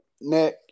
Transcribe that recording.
nick